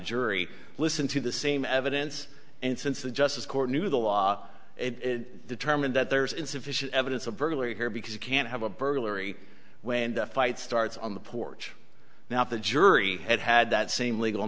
jury listened to the same evidence and since the justice court knew the law it determined that there is insufficient evidence of burglary here because you can't have a burglary when the fight starts on the porch now if the jury had had that same legal